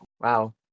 wow